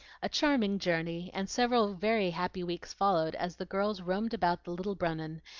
a charming journey, and several very happy weeks followed as the girls roamed about the little brunnen,